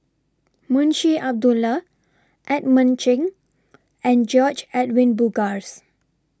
Munshi Abdullah Edmund Cheng and George Edwin Bogaars